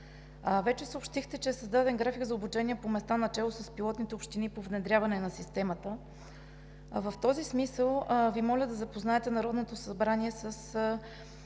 Вече съобщихте, че е създаден график за обучение по места, начело с пилотните общини по внедряване на системата. В този смисъл Ви моля да запознаете Народното събрание с